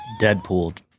Deadpool